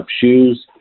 shoes